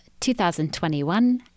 2021